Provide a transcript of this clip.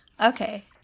Okay